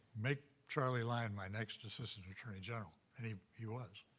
make charlie lyon my next assistant attorney general, and he he was.